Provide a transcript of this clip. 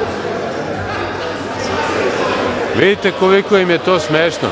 ovaca. Vidite koliko im je to smešno.